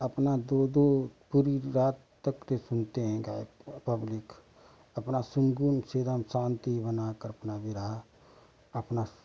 अपना दो दो पूरी रात तक के सुनते हैं गायक पब्लिक अपना सुन गुण श्री राम शांति बना कर अपना बिरहा अपना